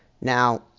Now